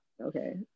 Okay